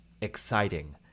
exciting